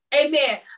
Amen